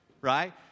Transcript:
right